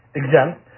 exempt